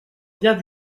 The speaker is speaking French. vient